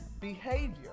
behavior